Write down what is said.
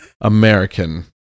American